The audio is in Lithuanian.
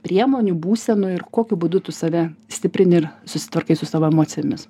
priemonių būsenų ir kokiu būdu tu save stiprini ir susitvarkai su savo emocijomis